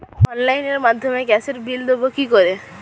অনলাইনের মাধ্যমে গ্যাসের বিল দেবো কি করে?